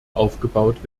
aufgebaut